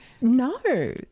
No